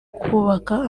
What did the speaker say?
kubaka